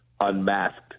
unmasked